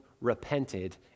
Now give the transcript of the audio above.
repented